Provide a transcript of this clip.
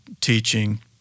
teaching